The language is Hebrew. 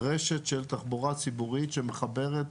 רשת של תחבורה ציבורית שמחברת,